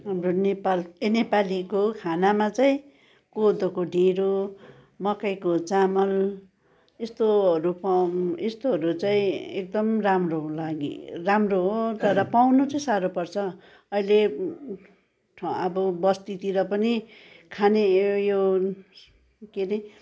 हाम्रो नेपाल ए नेपालीको खानामा चाहिँ कोदोको ढेँडो मकैको चामल यस्तोहरू पउ यस्तोहरू चाहिँ एकदम राम्रो लागि राम्रो हो तर पाउनु चाहिँ साह्रो पर्छ अहिले ठ अब बस्तीतिर पनि खाने यो यो के अरे